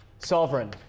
sovereign